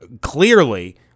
clearly